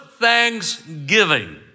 thanksgiving